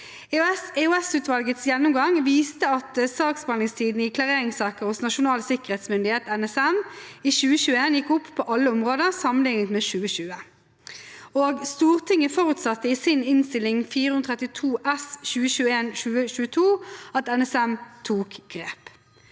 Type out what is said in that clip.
EOS-utvalgets gjennomgang viste at saksbehandlingstiden i klareringssaker hos Nasjonal sikkerhetsmyndighet, NSM, i 2021 gikk opp på alle områder sammenlignet med 2020. Stortinget forutsatte i Innst. 432 S for 2021–2022 at NSM tok grep.